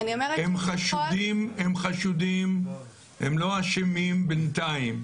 הם חשודים, הם לא אשמים בנתיים.